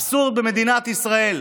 אבסורד במדינת ישראל.